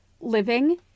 living